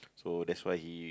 so that's why he